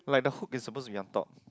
like the hope is supposed to be on top